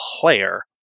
player